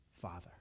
Father